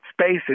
spaces